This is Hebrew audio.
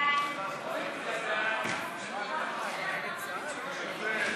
כהצעת הוועדה ועם ההסתייגות שנתקבלה,